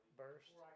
burst